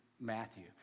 Matthew